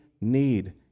need